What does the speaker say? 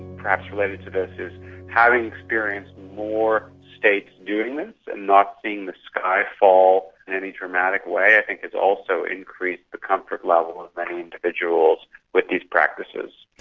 perhaps related to this is having experienced more states doing this and not seeing the sky fall in any dramatic way i think has also increased the comfort level of many individuals with these practices.